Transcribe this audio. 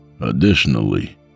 Additionally